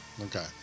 Okay